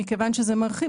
מכיוון שזה מרחיב,